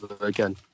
Again